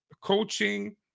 coaching